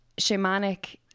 shamanic